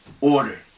order